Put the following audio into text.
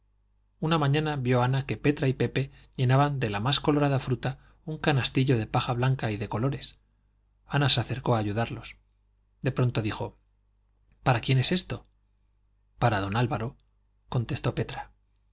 una mañana vio ana que petra y pepe llenaban de la más colorada fruta un canastillo de paja blanca y de colores ana se acercó a ayudarlos de pronto dijo para quién es esto para don álvaro contestó petra